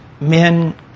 men